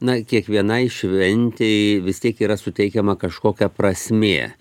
na kiekvienai šventei vis tiek yra suteikiama kažkokia prasmė